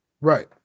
Right